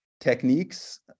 techniques